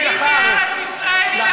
ארץ לישראל היא לעם ישראל,